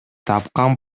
тапкан